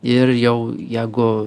ir jau jeigu